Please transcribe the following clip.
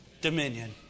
Dominion